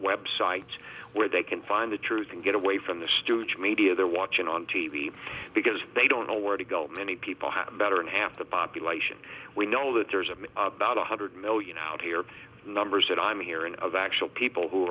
websites where they can find the truth and get away from the stooge media they're watching on t v because they don't know where to go many people have better than half the population we know that there's about one hundred million out here numbers and i'm hearing of actual people who